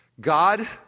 God